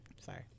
Sorry